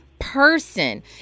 person